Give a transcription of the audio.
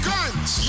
Guns